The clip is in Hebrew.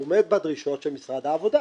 הוא עומד בדרישות של משרד העבודה